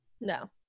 No